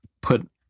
put